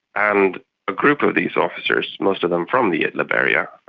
and a group of these officers, most of them from the idlib area,